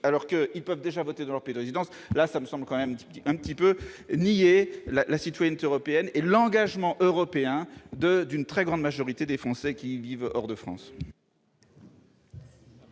alors qu'ils peuvent déjà voter dans leur pays de résidence, me semble nier la citoyenneté européenne et l'engagement européen d'une très grande majorité des Français qui vivent hors de France.